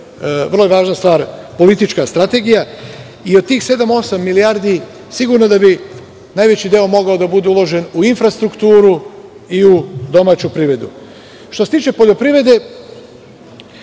vrlo važna stvar, politička strategija i od tih sedam, osam milijardi, sigurno da bi najveći deo mogao da bude uložen u infrastrukturu i u domaću privredu. Što se tiče poljoprivrede,